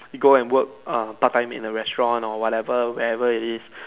you go and work um part time in a restaurant or whatever wherever it is